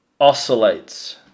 oscillates